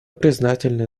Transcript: признательны